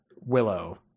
Willow